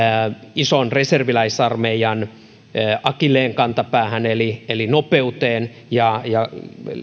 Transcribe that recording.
ison reserviläisarmeijan akilleenkantapäähän eli eli nopeuteen ja ja